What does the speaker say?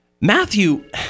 Matthew